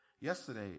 Yesterday